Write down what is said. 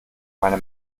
meine